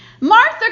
Martha